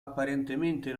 apparentemente